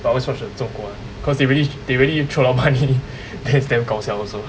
I always watch the 中国 one because they really they really throw a lot of money then is damn 搞笑 also